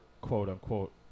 quote-unquote